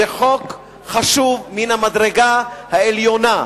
זה חוק חשוב מהמדרגה העליונה,